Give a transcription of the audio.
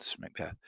Macbeth